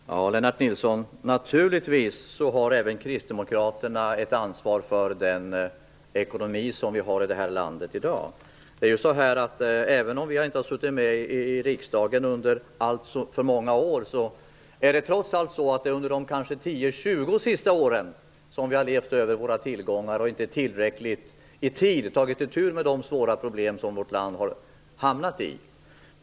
Fru talman! Lennart Nilsson! Naturligtvis har även Kristdemokraterna ett ansvar för den ekonomi vi har i det här landet i dag, även om partiet inte suttit med i riksdagen under alltför många år. Det är trots allt under de 10-20 senaste åren som vi har levt över våra tillgångar och inte i tid och i tillräckligt hög grad tagit itu med de svåra problem vårt land har fått.